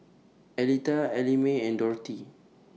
Aletha Ellamae and Dorthy